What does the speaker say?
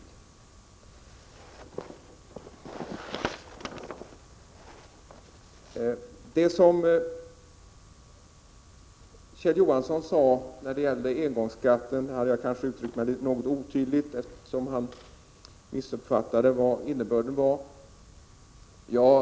Jag vill också ta upp det som Kjell Johansson sade om engångsskatten. Jag uttryckte mig kanske litet otydligt, eftersom han missuppfattade innebörden av det som jag sade.